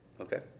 Okay